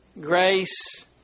Grace